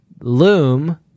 Loom